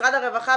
משרד הרווחה,